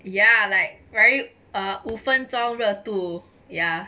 ya like right err 五分钟热度 ya